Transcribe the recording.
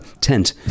tent